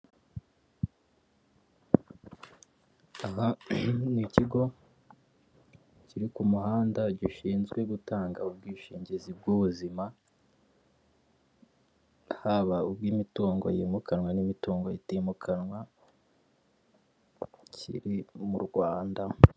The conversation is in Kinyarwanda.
Aha ni ikigo kiri ku muhanda gishinzwe gutanga ubwishingizi bw'ubuzima haba ubw' imitungo yimukanwa n'imitungo itimukanwa kiri mu rwanda.